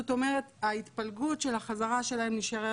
זאת אומרת ההתפלגות של החזרה שלהם נשארה